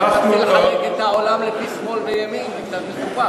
להתחיל לחלק את העולם לפי שמאל וימין זה קצת מסובך.